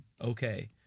okay